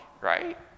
right